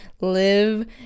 live